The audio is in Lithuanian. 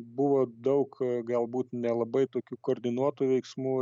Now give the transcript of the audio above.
buvo daug galbūt nelabai tokių koordinuotų veiksmų